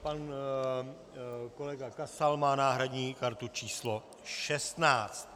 Pan kolega Kasal má náhradní kartu číslo 16.